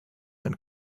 and